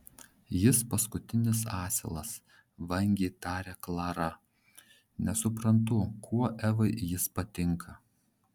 jis paskutinis asilas vangiai taria klara nesuprantu kuo evai jis patinka